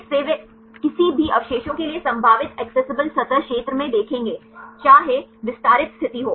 इससे वे इसे किसी भी अवशेषों के लिए संभावित एक्सेसिबल सतह क्षेत्र में देखेंगे चाहे विस्तारित स्थिति हो